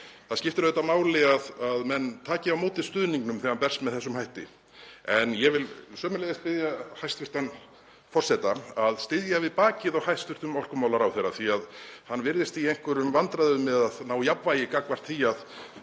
Það skiptir auðvitað máli að menn taki á móti stuðningnum þegar hann berst með þessum hætti. En ég vil sömuleiðis biðja hæstv. forseta að styðja við bakið á hæstv. orkumálaráðherra því að hann virðist í einhverjum vandræðum með að ná jafnvægi gagnvart því að